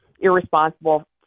irresponsible